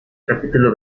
capítulo